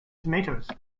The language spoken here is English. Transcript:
tomatoes